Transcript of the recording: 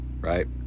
right